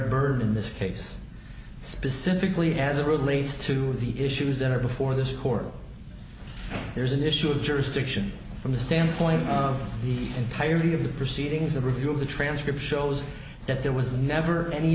burden in this case specifically as it relates to the issues that are before this court there's an issue of jurisdiction from the standpoint of the entirety of the proceedings a review of the transcript shows that there was never any